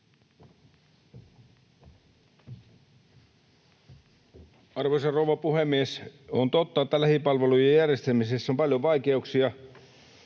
Arvoisa rouva puhemies! On totta, että lähipalvelujen järjestämisessä on paljon vaikeuksia,